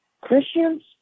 Christians